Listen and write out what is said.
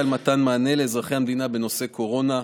למתן מענה לאזרחי המדינה בנושא קורונה.